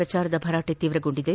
ಪ್ರಚಾರದ ಭರಾಟೆ ತೀವ್ರಗೊಂಡಿದೆ